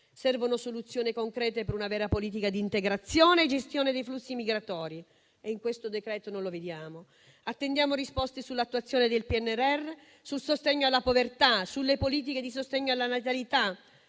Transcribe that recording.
Servono soluzioni concrete per una vera politica d'integrazione e gestione dei flussi migratori e in questo decreto non le vediamo. Attendiamo risposte sull'attuazione del PNRR, sul sostegno alla povertà, sulle politiche di sostegno alla natalità,